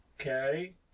Okay